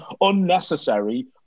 unnecessary